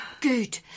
Good